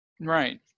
Right